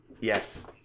Yes